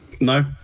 no